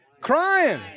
Crying